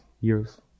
years